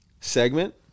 segment